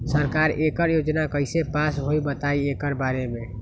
सरकार एकड़ योजना कईसे पास होई बताई एकर बारे मे?